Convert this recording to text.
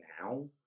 now